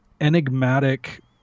enigmatic